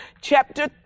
Chapter